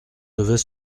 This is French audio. devait